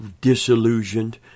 disillusioned